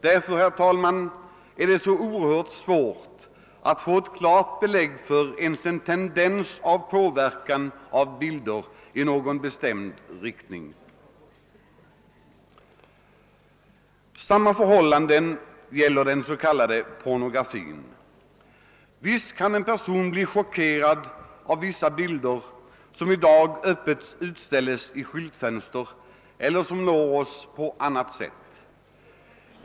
Därför är det så oerhört svårt att få ett klart belägg för ens en tendens av påverkan av bilder i någon bestämd riktning. Samma förhållande gäller den s.k. pornografin. Visst kan en person bli chockerad av vissa bilder som ibland öppet utställs i skyltfönster eller som når oss på annat sätt.